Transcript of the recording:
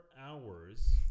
hours